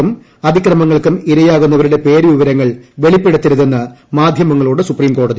ലൈംഗിക പീഡനങ്ങൾക്കും അതിക്രമങ്ങൾക്കും ഇരയാകുന്നവരുടെ പേരുവിവരങ്ങൾ വെളിപ്പെടുത്തരുതെന്ന് മാധൃമങ്ങളോട് സൂപ്രീംകോടതി